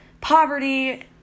poverty